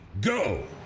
go